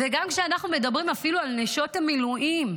וגם כשאנחנו מדברים אפילו על נשות המילואים,